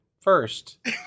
first